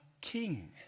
king